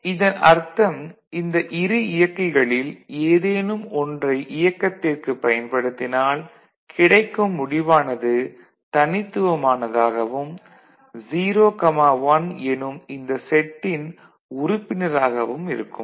x இதன் அர்த்தம் இந்த இரு இயக்கிகளில் ஏதேனும் ஒன்றை இயக்கத்திற்குப் பயன்படுத்தினால் கிடைக்கும் முடிவானது தனித்துவமானதாகவும் 0 1 எனும் இந்த செட்டின் உறுப்பினராகவும் இருக்கும்